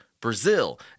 Brazil